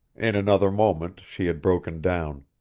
in another moment she had broken down,